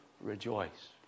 rejoice